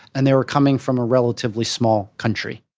and they were coming from a relatively small country,